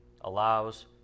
allows